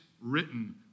written